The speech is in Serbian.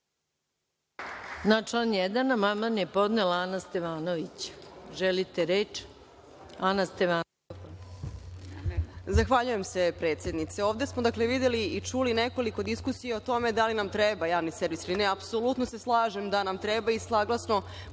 amandman je podnela narodni poslanik Ana Stevanović. **Ana Stevanović** Zahvaljujem se, predsednice. Ovde smo videli i čuli nekoliko diskusija o tome da li nam treba javni servis ili ne. Apsolutno se slažem da nam treba i saglasno